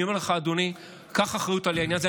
אני אומר לך, אדוני, קח אחריות על העניין הזה.